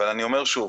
אבל אני אומר שוב,